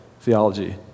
theology